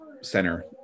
center